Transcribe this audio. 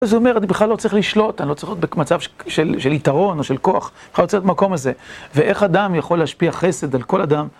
זה אומר, אני בכלל לא צריך לשלוט, אני לא צריך להיות במצב של יתרון או של כוח, אני בכלל לא צריך להיות במקום הזה. ואיך אדם יכול להשפיע חסד על כל אדם?